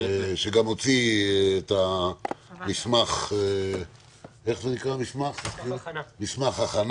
שגם הוציא את המסמך --- מסמך הכנה.